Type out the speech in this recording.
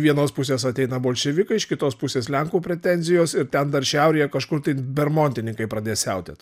vienos pusės ateina bolševikai iš kitos pusės lenkų pretenzijos ir ten dar šiaurėje kažkur tai bermontininkai pradės siautėt